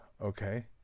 Okay